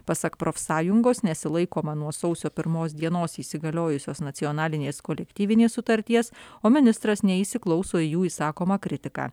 pasak profsąjungos nesilaikoma nuo sausio pirmos dienos įsigaliojusios nacionalinės kolektyvinės sutarties o ministras neįsiklauso į jų išsakomą kritiką